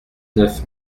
neuf